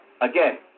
Again